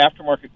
aftermarket